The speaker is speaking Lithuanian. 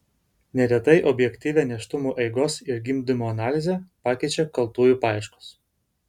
neretai objektyvią nėštumo eigos ir gimdymo analizę pakeičia kaltųjų paieškos